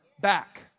back